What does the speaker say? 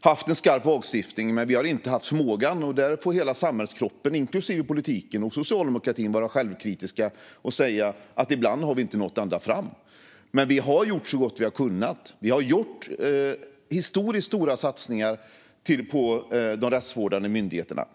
haft en skarp lagstiftning, men vi har inte haft förmågan att nå ända fram. Där får hela samhällskroppen, inklusive politiken och socialdemokratin, vara självkritiska och säga att vi ibland inte har nått ända fram. Vi har gjort så gott vi har kunnat. Vi har gjort historiskt stora satsningar på de rättsvårdande myndigheterna.